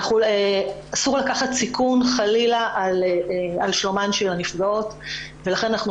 אסור לקחת חלילה סיכון על שלומן של הנפגעות ולכן אנחנו